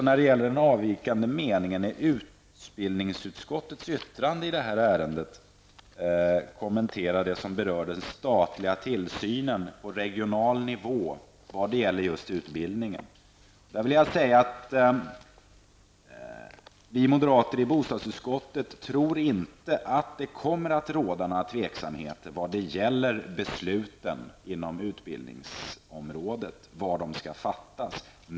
När det gäller den avvikande meningen i utbildningsutskottets yttrande i det här ärendet vill jag kommentera det som berör den statliga tillsynen på regional nivå i fråga om utbildningen. Vi moderater i bostadsutskottet tror inte att det kommer att råda någon tveksamhet om var besluten inom utbildningsområdet skall fattas.